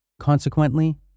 Consequently